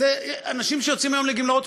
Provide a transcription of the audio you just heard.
אנשים שיוצאים היום לגמלאות,